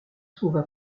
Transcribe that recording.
trouva